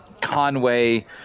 Conway